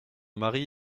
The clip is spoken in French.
mari